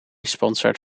sponsored